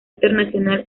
internacional